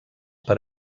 per